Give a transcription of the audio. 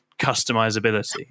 customizability